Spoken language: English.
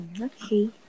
Okay